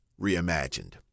Reimagined